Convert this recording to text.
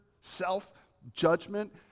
self-judgment